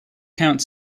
count